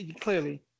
clearly